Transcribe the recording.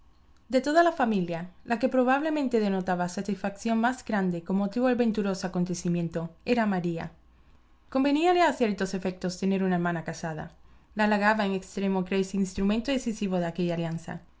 de toda la familia la que probablemente denotaba satisfacción más grande con motivo del venturoso acontecimiento era maría conveníale a ciertos efectos tener una hermana casada le halagaba en extremo creerse instrumento decisivo de aquella alianza